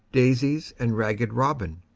daisies and ragged robin.